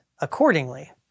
accordingly